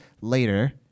later